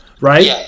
right